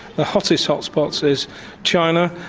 the hottest hotspot so is china,